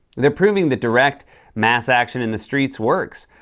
they're proving that direct mass action in the streets works.